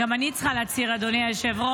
גם אני צריכה להצהיר, אדוני היושב-ראש.